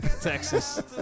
Texas